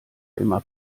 immer